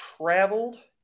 traveled